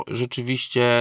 rzeczywiście